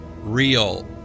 real